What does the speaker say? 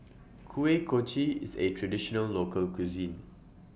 Kuih Kochi IS A Traditional Local Cuisine